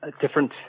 different